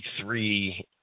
three